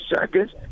seconds